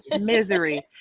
misery